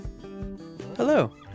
Hello